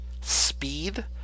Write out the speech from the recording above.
Speed